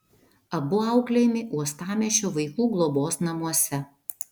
abu auklėjami uostamiesčio vaikų globos namuose